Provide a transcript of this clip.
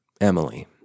Emily